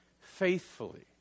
faithfully